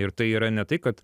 ir tai yra ne tai kad